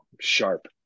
sharp